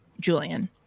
Julian